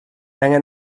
angen